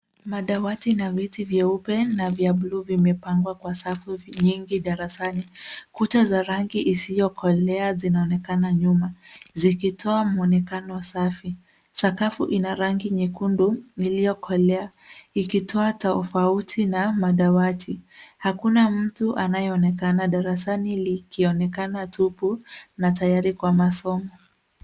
Madawati na viti vyeupe na vya buluu vimepangwa kwa safu nyingi darasani. Kuta za rangi isiyokolea zinaonekana nyuma zikitoa mwonekano safi. Sakafu ina rangi nyekundu iliyokolea ikitoa tofauti na madawati. Hakuna mtu anayeonekana darasani likionekana tupu na tayari kwa masomo.